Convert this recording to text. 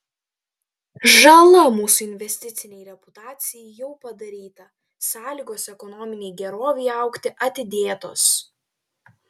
žala mūsų investicinei reputacijai jau padaryta sąlygos ekonominei gerovei augti atidėtos